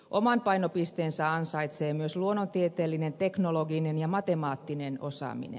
oman painopisteensä ansaitsee myös luonnontieteellinen teknologinen ja matemaattinen osaaminen